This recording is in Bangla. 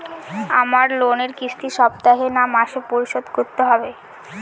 আমার লোনের কিস্তি সপ্তাহে না মাসে পরিশোধ করতে হবে?